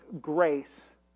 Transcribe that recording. grace